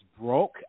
broke